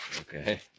Okay